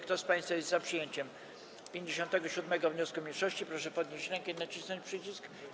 Kto z państwa jest za przyjęciem 37. wniosku mniejszości, proszę podnieść rękę i nacisnąć przycisk.